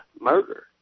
murder